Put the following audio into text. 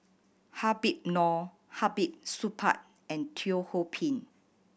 Habib Noh Hamid Supaat and Teo Ho Pin